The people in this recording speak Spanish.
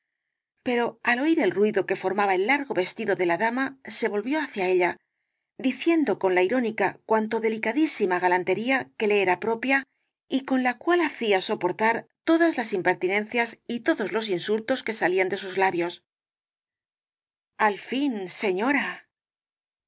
pero al oir el ruido que formaba el largo vestido de la dama se volvió hacia ella diciendo con la irónica cuanto delicadísima galantería que le era propia y con la cual hacía soportar todas las impertinencias y todos los insultos que salían de sus labios al fin señora